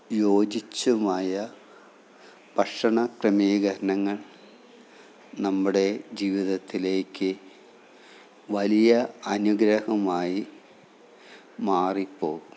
യോജിച്ചുമായ ഭക്ഷണ ക്രമീകരണങ്ങൾ നമ്മുടെ ജീവിതത്തിലേക്ക് വലിയ അനുഗ്രഹമായി മാറിപ്പോകും